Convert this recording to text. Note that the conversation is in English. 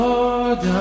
Lord